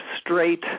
straight